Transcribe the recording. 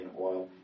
oil